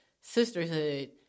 Sisterhood